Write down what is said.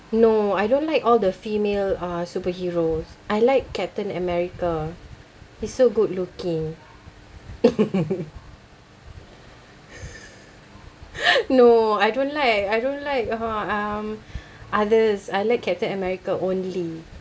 no I don't like all the female uh superheroes I like captain america he's so good looking no I don't like I don't like uh um others I like captain america only